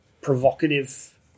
provocative